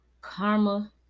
karma